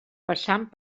passant